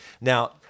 Now